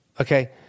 Okay